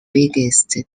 biggest